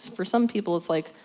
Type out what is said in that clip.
for some people it's like,